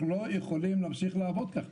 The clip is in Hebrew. אנחנו לא יכולים להמשיך לעבוד ככה,